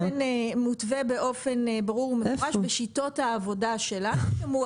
זה מותווה באופן ברור ומפורש בשיטות העבודה שלנו.